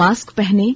mask पहनें